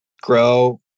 grow